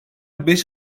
beş